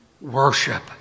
worship